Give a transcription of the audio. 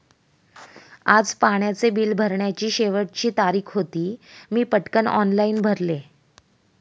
आज पाण्याचे बिल भरण्याची शेवटची तारीख होती, मी पटकन ऑनलाइन भरले